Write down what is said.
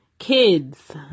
Kids